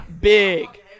Big